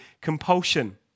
compulsion